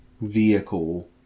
vehicle